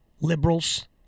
liberals